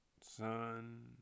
son